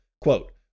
Quote